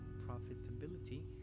profitability